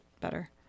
better